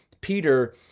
Peter